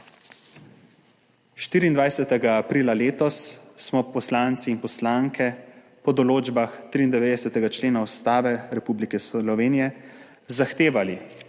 24. aprila letos smo poslanci in poslanke po določbah 93. člena Ustave Republike Slovenije zahtevali,